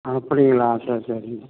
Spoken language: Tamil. அப்படிங்களா சரி சரி